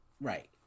Right